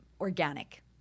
organic